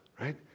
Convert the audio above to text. right